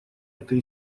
этой